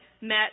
met